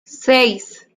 seis